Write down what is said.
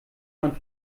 man